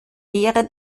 deren